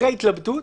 אחרי התלבטות,